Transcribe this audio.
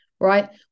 right